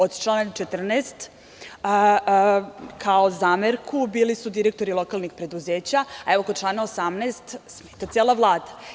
Od člana 14. kao zamerka bili su direktori lokalnih preduzeća, a evo, kod člana 18. smeta cela Vlada.